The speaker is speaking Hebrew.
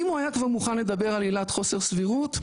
אם הוא היה כבר מוכן לדבר על עילת חוסר סבירות,